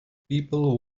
people